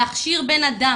להכשיר אנשים.